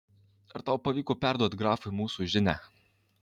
ar tau pavyko perduoti grafui mūsų žinią